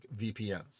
VPNs